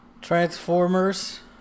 Transformers